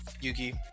Yuki